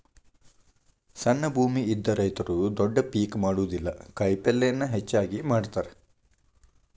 ಸಣ್ಣ ಭೂಮಿ ಇದ್ದ ರೈತರು ದೊಡ್ಡ ಪೇಕ್ ಮಾಡುದಿಲ್ಲಾ ಕಾಯಪಲ್ಲೇನ ಹೆಚ್ಚಾಗಿ ಮಾಡತಾರ